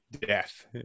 death